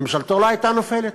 ממשלתו לא הייתה נופלת,